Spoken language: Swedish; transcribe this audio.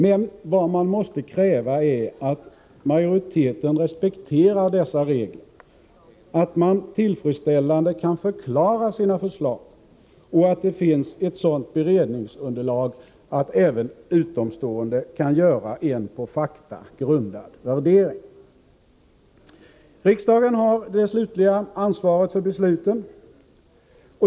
Men vad man måste kräva är att majoriteten respekterar dessa regler, att man tillfredsställande kan förklara sina förslag och att det finns ett sådant beredningsunderlag att även utomstående kan göra en på fakta grundad värdering. Riksdagen har det slutliga ansvaret för besluten.